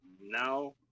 now